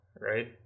right